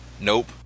Nope